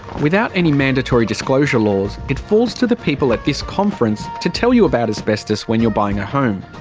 without any mandatory disclosure laws, it falls to the people at this conference to tell you about asbestos when you're buying a home.